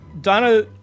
Donna